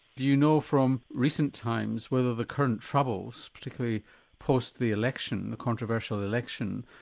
do you know from recent times whether the current troubles, particularly post the election, the controversial election,